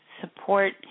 support